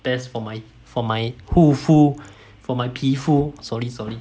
best for my for my 护肤 for my 皮肤 sorry sorry